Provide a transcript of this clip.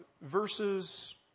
verses